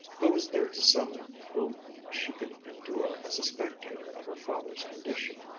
who was there to summon whom she could endure as a spectator of her father's condition?